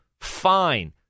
fine